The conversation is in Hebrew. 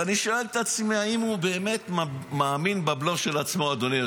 ואני שואל את עצמי: האם הוא באמת מאמין בבלוף של עצמו אדוני,